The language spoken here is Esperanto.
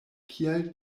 kial